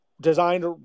designed